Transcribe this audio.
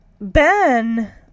Ben